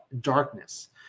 darkness